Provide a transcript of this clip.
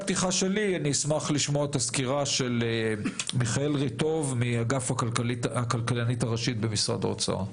אשמח לשמוע את הסקירה של מיכאל ריטוב מאגף הכלכלנית הראשית במשרד האוצר.